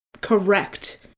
correct